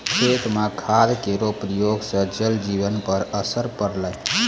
खेत म खाद केरो प्रयोग सँ जल जीवन पर असर पड़लै